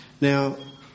Now